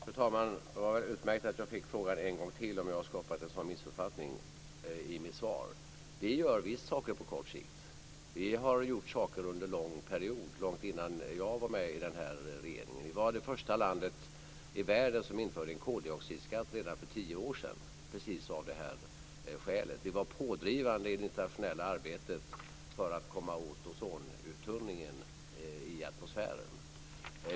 Fru talman! Det var utmärkt att jag fick frågan en gång till om jag har skapat en sådan missuppfattning med mitt svar. Vi gör visst saker på kort sikt. Vi har gjort saker under en lång period, långt innan jag var med i den här regeringen. Sverige var det första landet i världen som, redan för tio år sedan, införde en koldioxidskatt. Det gjordes av precis det här skälet. Vi var pådrivande i det internationella arbetet för att komma åt ozonuttunningen i atmosfären.